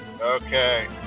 Okay